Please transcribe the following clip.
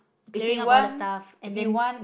clearing up all the stuff and then